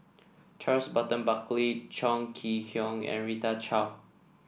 Charles Burton Buckley Chong Kee Hiong and Rita Chao